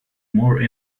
more